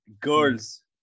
Girls